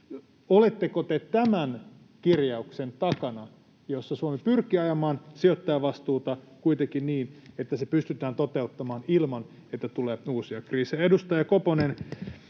oletteko te tämän kirjauksen takana, jossa Suomi pyrkii ajamaan sijoittajavastuuta, kuitenkin niin, että se pystytään toteuttamaan ilman, että tulee uusia kriisejä? Edustaja Koponen,